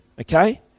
okay